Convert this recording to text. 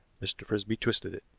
mr. frisby twisted it.